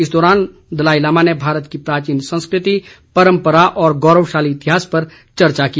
इस दौरान दलाईलामा ने भारत की प्राचीन संस्कृति परंमपरा और गौरव शाली इतिहास पर चर्चा की